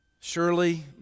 surely